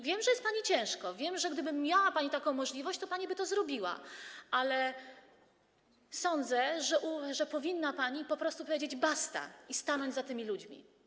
Wiem, że jest pani ciężko, wiem, że gdyby miała pani taką możliwość, to pani by to zrobiła, ale sądzę, że powinna pani po prostu powiedzieć: basta i stanąć za tymi ludźmi.